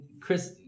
Chris